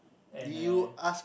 and uh